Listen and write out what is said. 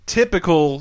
typical